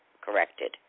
corrected